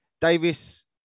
Davis